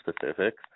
specifics